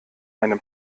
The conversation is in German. einem